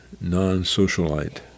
non-socialite